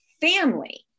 family